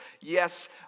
yes